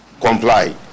comply